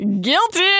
Guilty